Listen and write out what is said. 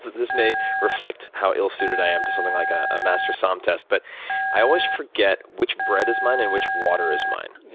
this may reflect how ill suited i am to something like a master som test, but i always forget which bread is mine and which water is mine.